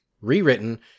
rewritten